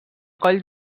coll